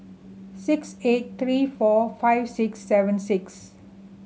six eight three four five six seven six